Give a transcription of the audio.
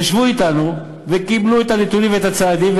ישבו אתנו וקיבלו את הנתונים ואת הצעדים,